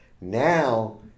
Now